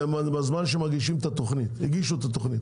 ונגיד שהגישו את התוכנית